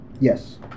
Yes